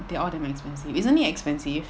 they're all damn expensive isn't it expensive